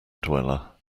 dweller